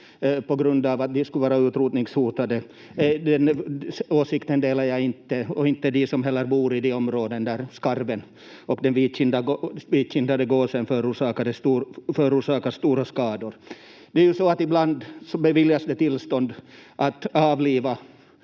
att de skulle vara utrotningshotade. Den åsikten delar jag inte, och inte heller de som bor i de områden där skarven och den vitkindade gåsen förorsakar stora skador. Det är ju så att det ibland beviljas tillstånd att avliva